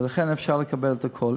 ולכן אפשר לקבל את הכול.